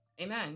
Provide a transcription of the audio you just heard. amen